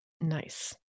Nice